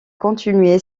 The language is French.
continuer